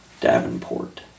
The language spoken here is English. Davenport